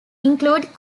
include